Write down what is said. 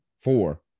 Four